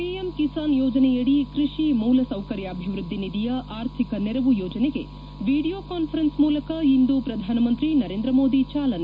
PM Kisan ಯೋಜನೆಯಡಿ ಕೃಷಿ ಮೂಲಸೌಕರ್ನಾಭಿವೃದ್ದಿ ನಿಧಿಯ ಆರ್ಥಿಕ ನೆರವು ಯೋಜನೆಗೆ ಎಡಿಯೊ ಕಾನ್ವರೆನ್ಸ್ ಮೂಲಕ ಇಂದು ಪ್ರಧಾನಮಂತ್ರಿ ನರೇಂದ್ರ ಮೋದಿ ಚಾಲನೆ